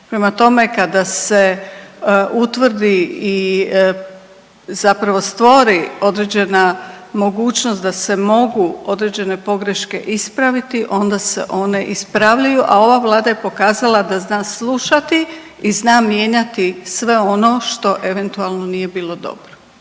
Prema tome, kada se utvrdi i zapravo stvori određena mogućnost da se mogu određene pogreške ispraviti onda se one ispravljaju, a ova Vlada je pokazala da zna slušati i zna mijenjati sve ono što eventualno nije bilo dobro.